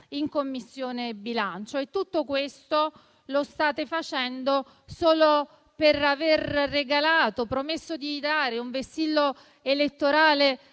in Commissione bilancio. Tutto questo lo state facendo solo per aver promesso di regalare un vessillo elettorale